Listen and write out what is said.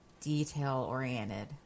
detail-oriented